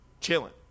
chilling